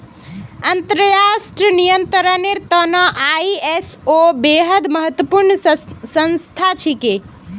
अंतर्राष्ट्रीय नियंत्रनेर त न आई.एस.ओ बेहद महत्वपूर्ण संस्था छिके